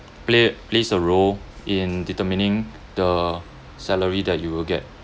play plays a role in determining the salary that you will get